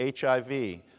HIV